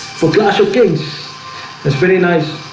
for clash of kings it's very nice.